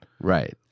Right